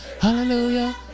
hallelujah